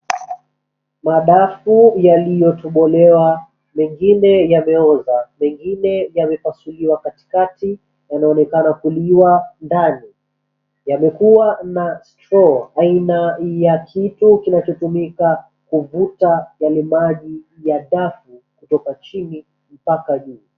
Madafu yaliyotobolewa, mengine yameoza, mengine yamepasuliwa katikati, yanaonekana kuliwa ndani. Yamekuwa na straw aina ya kitu kinachotumika kuvuta yale maji ya dafu kutoka chini mpaka juu.